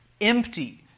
empty